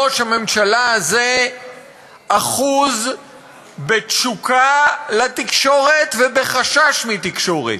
ראש הממשלה הזה אחוז בתשוקה לתקשורת ובחשש מתקשורת,